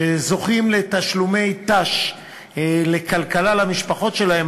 שזוכים לתשלומי ת"ש לכלכלה למשפחות שלהם,